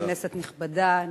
כנסת נכבדה,